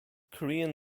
korean